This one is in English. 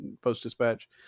post-dispatch